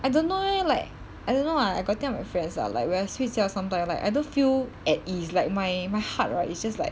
I don't know leh like I don't know lah I got tell my friends ah like when I 睡觉 sometime like I don't feel at ease like my my heart right it's just like